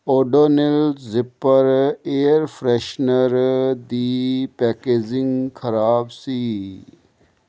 Odonil zipper air freshener ਦੀ packaging ਖਰਾਬ ਸੀ